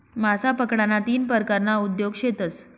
मासा पकडाना तीन परकारना उद्योग शेतस